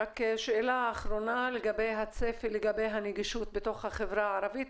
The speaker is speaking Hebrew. שאלה אחרונה לגבי הצפי לגבי הנגישות בתוך החברה הערבית,